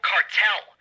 Cartel